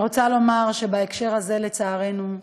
אני רוצה לומר שבהקשר הזה, לצערנו,